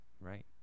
right